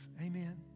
Amen